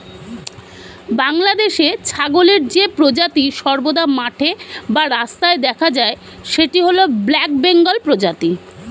বাংলাদেশে ছাগলের যে প্রজাতি সর্বদা মাঠে বা রাস্তায় দেখা যায় সেটি হল ব্ল্যাক বেঙ্গল প্রজাতি